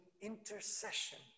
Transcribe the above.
intercession